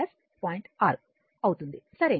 6 అవుతుంది సరైనది